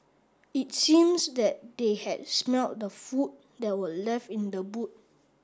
it seems that they had smelt the food that were left in the boot